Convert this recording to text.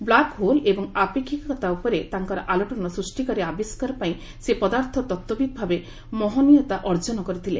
black hole ଏବଂ ଆପେକ୍ଷିକତା ଉପରେ ତାଙ୍କର ଆଲୋଡ଼ନ ସୃଷ୍ଟିକାରୀ ଆବିଷ୍କାରପାଇଁ ସେ ପଦାର୍ଥ ତତ୍ତ୍ୱବିତ୍ ଭାବେ ମହନୀୟତା ଅର୍ଜନ କରିଥିଲେ